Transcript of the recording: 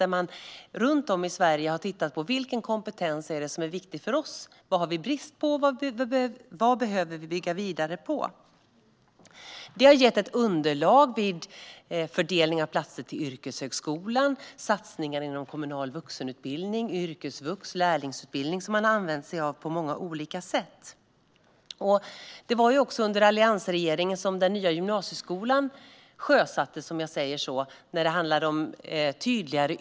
Runt om i Sverige har man tittat på vilken kompetens som är viktig för oss, vad vi har brist på och vad vi behöver bygga vidare på. Det har gett ett underlag som man har använt sig av på olika sätt vid fördelning av platser på yrkeshögskolan och för satsningar inom kommunal vuxenutbildning, yrkesvux och lärlingsutbildning. Under alliansregeringen sjösattes den nya gymnasieskolan med tydligare yrkesprogram än tidigare.